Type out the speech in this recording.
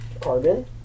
Carbon